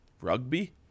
rugby